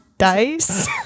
Dice